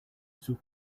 sus